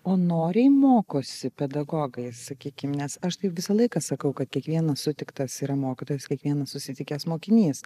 o noriai mokosi pedagogai sakykim nes aš tai visą laiką sakau kad kiekvienas sutiktas yra mokytojas kiekvienas susitikęs mokinys